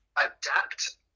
adapt